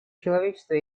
человечества